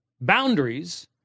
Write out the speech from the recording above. boundaries